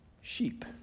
sheep